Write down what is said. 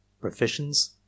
Professions